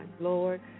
Lord